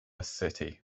city